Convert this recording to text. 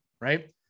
Right